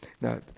Now